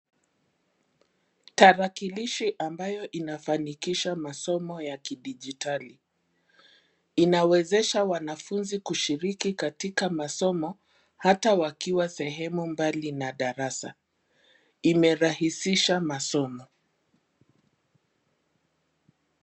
Tarakilishi ambayo inafanikisha masomo ya kidijitali. Inawezesha wanafunzi kushiriki katika masomo hata wakiwa sehemu mbali na darasa. Imerahisisha masomo.